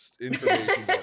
information